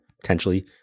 potentially